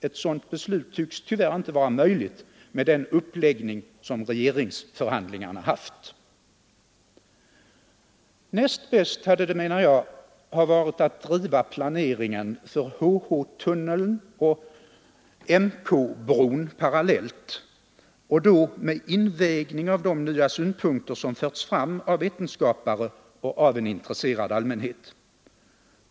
Ett sådant beslut tycks tyvärr inte vara möjligt med den uppläggning som regeringsförhandlingarna haft. Näst bäst hade det, menar jag, varit att driva planeringen för HH-tunneln och KM-bron parallellt, och då med invägning av de nya synpunkter, som förts fram av vetenskapare och av en intresserad allmänhet.